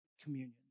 communion